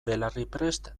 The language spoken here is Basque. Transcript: belarriprest